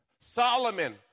Solomon